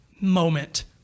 moment